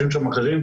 יושבים שם אחרים,